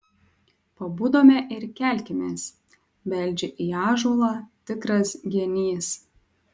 pabudome ir kelkimės beldžia į ąžuolą tikras genys